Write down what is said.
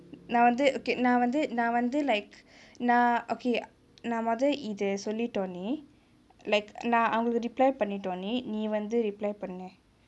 நா வந்து:naa vanthu okay நா வந்து நா வந்து:naa vanthu naa vanthu like நா:naa okay நா மொத இத சொல்லிட்டோனே: naa mothe ithe sollitone like நா அவங்களுக்கு:naa avangaluku reply பண்ணிடோனே நீ வந்து:pannitonae nee vanthu reply பண்ணு:pannu